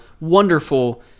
wonderful